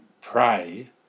pray